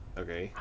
okay